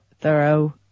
thorough